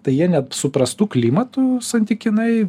tai jie net su prastu klimatu santykinai